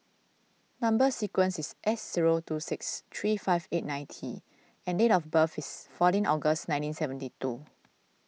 Number Sequence is S zero two six three five eight nine T and date of birth is fourteen August nineteen seventy two